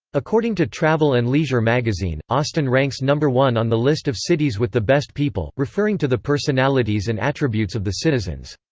according to travel and leisure magazine, austin ranks no. one on the list of cities with the best people, referring to the personalities and attributes of the citizens.